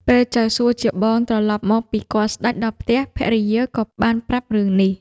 ពេលចៅសួជាបងត្រឡប់មកពីគាល់ស្ដេចដល់ផ្ទះ ភរិយាក៏បានប្រាប់រឿងនេះ។